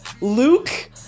Luke